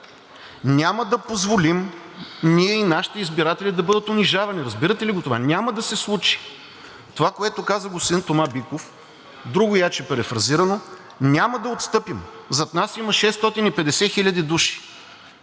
Няма да позволим ние и нашите избиратели да бъдат унижавани, разбирате ли го това? Това няма да се случи. Това, което каза господин Тома Биков, другояче перифразирано, няма да отстъпим. Зад нас има 650 хиляди души.